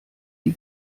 die